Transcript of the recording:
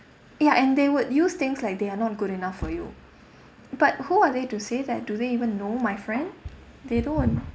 ya and they would use things like they are not good enough for you but who are they to say that do they even know my friend they don't